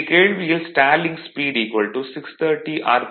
இங்கு கேள்வியில் stalling speed 630 R